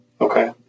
Okay